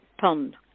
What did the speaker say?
pond